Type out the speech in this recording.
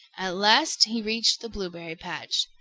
at last he reached the blueberry-patch.